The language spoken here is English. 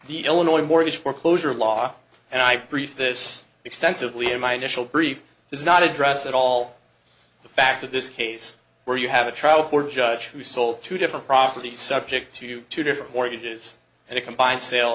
the illinois mortgage foreclosure law and i prefer this extensively in my initial brief does not address at all the facts of this case where you have a trial court judge who sold two different properties subject to two different mortgages and a combined sale